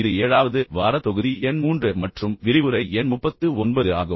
இது ஏழாவது வார தொகுதி எண் 3 மற்றும் விரிவுரை எண் 39 ஆகும்